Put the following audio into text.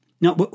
Now